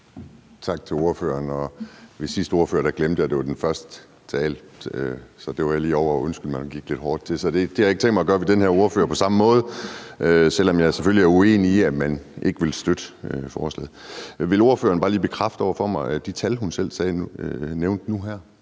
Tak til ordføreren. Ved den sidste ordfører glemte jeg, at det var den første tale, så jeg var lige ovre og undskylde, at jeg gik lidt hårdt til den. Det har jeg ikke tænkt mig at gøre over for den her ordfører på samme måde, selv om jeg selvfølgelig er uenig, i forhold til at man ikke vil støtte forslaget. Vil ordføreren bare lige bekræfte de tal, hun selv nævnte nu her,